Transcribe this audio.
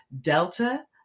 Delta